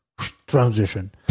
Transition